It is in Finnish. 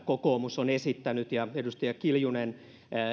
kokoomus on esittänyt ja edustaja kiljunen